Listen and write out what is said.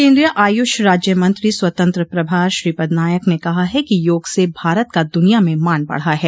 केन्द्रीय आयुष राज्य मंत्री स्वतंत्र प्रभार श्रीपद नायक ने कहा है कि योग से भारत का दुनिया में मान बढ़ा है